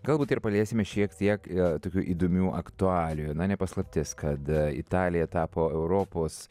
galbūt ir paliesime šiek tiek tokių įdomių aktualijų na ne paslaptis kad italija tapo europos